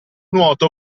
nuoto